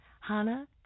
Hana